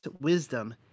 wisdom